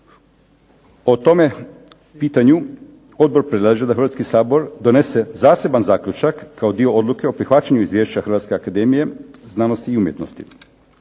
O tome pitanju odbor predlaže da Hrvatski sabor donese zaseban zaključak, kao dio odluke o prihvaćanju izvješća Hrvatske akademije znanosti i umjetnosti.